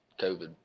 COVID